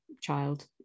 child